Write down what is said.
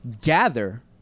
gather